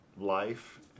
life